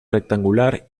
rectangular